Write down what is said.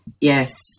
Yes